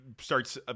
starts